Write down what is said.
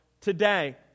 today